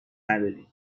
نداری